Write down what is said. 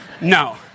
No